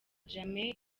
jammeh